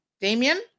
Damien